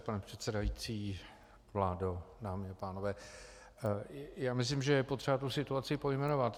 Pane předsedající, vládo, dámy a pánové, já myslím, že je potřeba tu situaci pojmenovat.